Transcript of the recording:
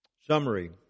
summary